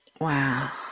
Wow